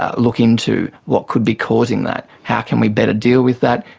ah look into what could be causing that, how can we better deal with that,